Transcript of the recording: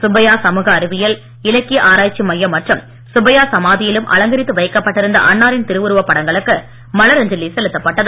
சுப்பையா சமூக அறிவியல் இலக்கிய ஆராய்ச்சி மையம் மற்றும் சுப்பையா சமாதியிலும் அலங்கரித்து வைக்கப் பட்டிருந்த அன்னாரின் திருஉருவப் படங்களுக்கு மலர் அஞ்சலி செலுத்தப்பட்டது